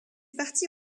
partis